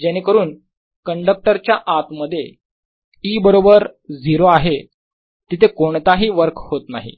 जेणेकरून कंडक्टर च्या आत मध्ये E बरोबर 0 आहे तिथे कोणताही वर्क होत नाही